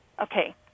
Okay